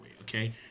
Okay